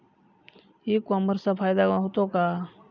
E कॉमर्सचा फायदा होतो का?